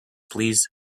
please